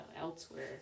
elsewhere